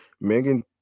Megan